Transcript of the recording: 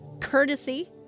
courtesy